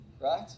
right